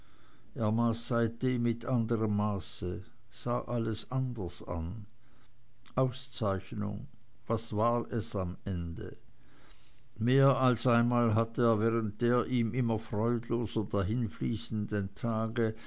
seitdem mit anderem maß sah alles anders an auszeichnung was war es am ende mehr als einmal hatte er während der ihm immer freudloser dahinfließenden tage